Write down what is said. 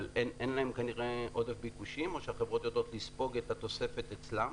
אין להם כנראה עודף ביקושים או שהחברות יודעות לספוג את התוספת אצלן.